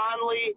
Conley